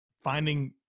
finding